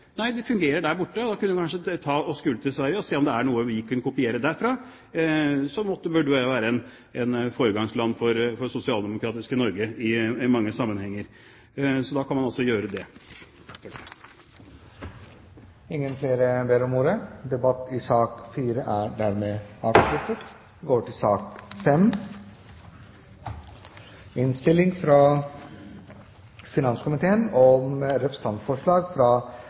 Nei, det fungerer der borte, og da kunne en kanskje skule til Sverige og se om det er noe vi kunne kopiere derfra. Sverige burde vel være et foregangsland for sosialdemokratiske Norge i mange sammenhenger, så da kan man vel gjøre det. Flere har ikke bedt om ordet til sak nr. 4. Etter ønske fra finanskomiteen vil presidenten foreslå at taletiden begrenses til